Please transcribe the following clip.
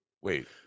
Wait